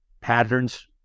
patterns